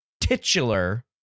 titular